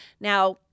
Now